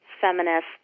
feminist